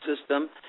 system